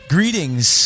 Greetings